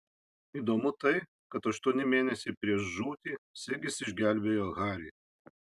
įdomu tai kad aštuoni mėnesiai prieš žūtį sigis išgelbėjo harį